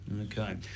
okay